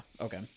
Okay